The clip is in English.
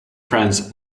friends